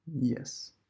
Yes